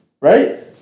right